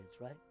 right